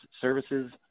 services